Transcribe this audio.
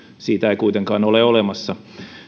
siitä ei kuitenkaan ole olemassa